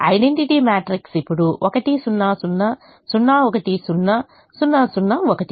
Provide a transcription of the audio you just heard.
identity matrix ఇప్పుడు 1 0 0 0 1 0 0 0 1